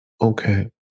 Okay